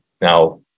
Now